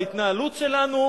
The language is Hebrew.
בהתנהלות שלנו,